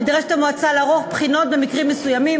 נדרשת המועצה לערוך בחינות במקרים מסוימים.